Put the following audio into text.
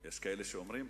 יש כאלה שאומרים,